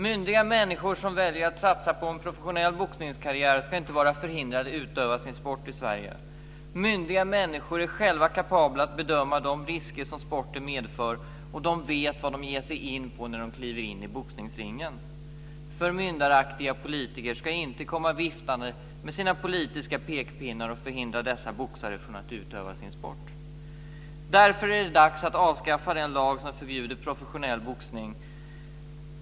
Myndiga människor som väljer att satsa på en professionell boxningskarriär ska inte vara förhindrade att utöva sin sport i Sverige. Myndiga människor är själva kapabla att bedöma de risker som sporten medför, och de vet vad de ger sig in på när de kliver in i boxningsringen. Förmyndaraktiga politiker ska inte komma viftande med sina politiska pekpinnar och förhindra dessa boxare från att utöva sin sport. Därför är det dags att avskaffa den lag som förbjuder professionell boxning.